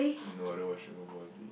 no I don't watch dragon ball Z